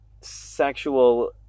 sexual